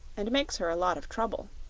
and makes her a lot of trouble.